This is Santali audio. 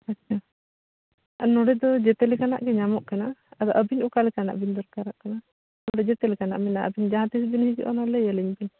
ᱟᱪᱪᱷᱟ ᱱᱚᱸᱰᱮ ᱫᱚ ᱡᱚᱛᱚᱞᱮᱠᱟᱱᱟᱜ ᱜᱮ ᱧᱟᱢᱚᱜ ᱠᱟᱱᱟ ᱟᱫᱚ ᱟᱹᱵᱤᱱ ᱚᱠᱟᱞᱮᱠᱟᱱᱟᱜ ᱵᱮᱱ ᱫᱚᱨᱠᱟᱨᱚᱜ ᱠᱟᱱᱟ ᱱᱚᱸᱰᱮ ᱡᱚᱛᱚ ᱞᱮᱠᱟᱱᱟᱜ ᱢᱮᱱᱟᱜᱼᱟ ᱟᱵᱮᱱ ᱡᱟᱦᱟᱸ ᱛᱤᱥ ᱵᱮᱱ ᱦᱤᱡᱩᱜᱼᱟ ᱚᱱᱟ ᱞᱟᱹᱭᱟᱞᱤᱧ ᱵᱮᱱ